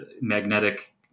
magnetic